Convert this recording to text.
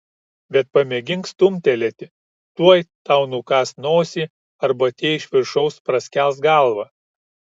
bet pamėgink stumtelėti tuoj tau nukąs nosį arba tie iš viršaus praskels galvą